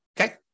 okay